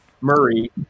Murray